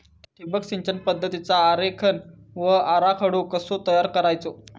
ठिबक सिंचन पद्धतीचा आरेखन व आराखडो कसो तयार करायचो?